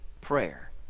prayer